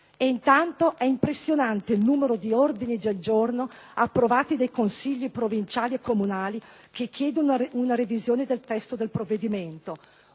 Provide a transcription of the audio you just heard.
anni. È impressionante il numero di ordini del giorno approvati dai consigli provinciali e comunali che chiedono una revisione del testo del provvedimento;